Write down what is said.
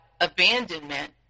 abandonment